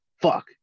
Fuck